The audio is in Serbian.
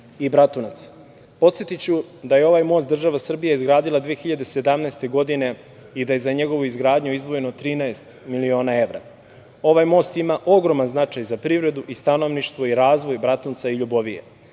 i Bratunac? Podsetiću da je ovaj most država Srbija izgradila 2017. godine i da je za njegovu izgradnju izdvojeno 13 miliona evra. Ovaj most ima ogroman značaj za privredu, stanovništvo i razvoj Bratunca i Ljubovije,